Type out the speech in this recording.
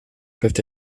peuvent